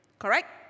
correct